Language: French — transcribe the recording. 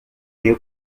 est